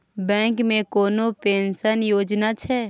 Bank मे कोनो pension योजना छै?